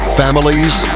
families